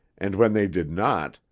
and when they did not,